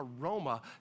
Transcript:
aroma